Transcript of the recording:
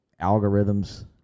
algorithms